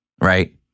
right